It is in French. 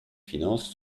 finances